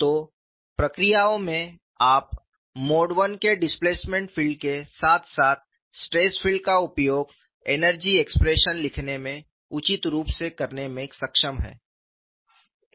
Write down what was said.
तो प्रक्रियाओं में आप मोड I डिस्प्लेसमेंट फील्ड के साथ साथ स्ट्रेस फील्ड का उपयोग एनर्जी एक्सप्रेशन लिखने में उचित रूप से करने में सक्षम हैं